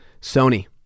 Sony